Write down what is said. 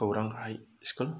गौरां high school